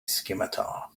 scimitar